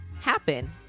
happen